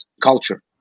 culture